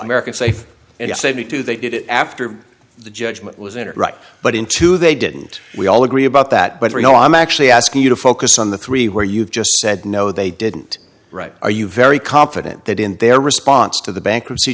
american safe and if they do they did it after the judgment was in or right but in two they didn't we all agree about that but we know i'm actually asking you to focus on the three where you've just said no they didn't write are you very confident that in their response to the bankruptcy